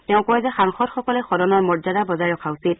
তেওঁ কয় যে সাংসদসকলে সদনৰ মৰ্যদা বজাই ৰখা উচিত